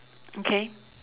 okay